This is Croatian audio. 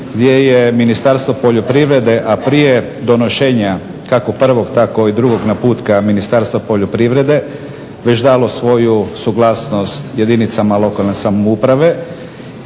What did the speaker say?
gdje je Ministarstvo poljoprivrede, a prije donošenja kako prvog tako i drugog naputka Ministarstva poljoprivrede već dalo svoju suglasnost jedinicama lokalne samouprave